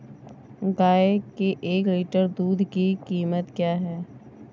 गाय के एक लीटर दूध की कीमत क्या है?